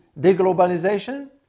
deglobalization